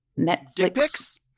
Netflix